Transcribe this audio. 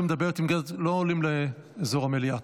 לא עולים לאזור המליאה.